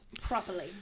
properly